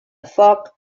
foc